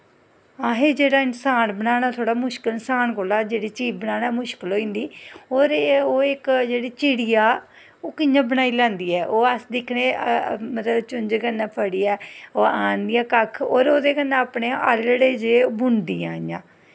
असें जेह्ड़ा इंसान बनाना थोह्ड़ा मुश्कल इंसान कोला दा जेह्ड़ी चीज बनाना मुश्कल होई जंदी होर ओह् इक जेह्ड़ी चिड़िया ऐ ओह् कि'यां बनाई लैंदी ऐ अस दिक्खने आं मतलब चुंज कन्नै फड़ियै ओह् आनदियां कक्ख होर ओह्दै कन्नै अपने आलड़े जेह्ह् बुनदियां इ'यां